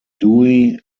dewey